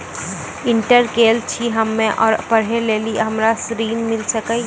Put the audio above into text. Inter केल छी हम्मे और पढ़े लेली हमरा ऋण मिल सकाई?